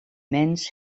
mens